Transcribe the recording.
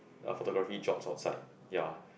photography jobs outside ya